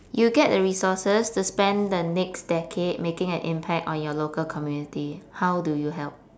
you get the resources to spend the next decade making an impact on your local community how do you help